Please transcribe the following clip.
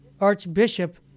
archbishop